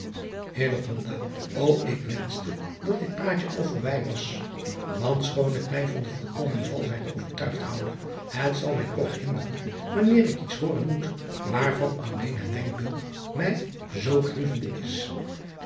o k wenschte dat dit praatje al voorbij was want schoon ik mij van de volkomen valschheid overtuigd houde het zal mij toch hinderen wanneer ik iets hooren moet waarvan alleen het denkbeeld mij zoo grievende is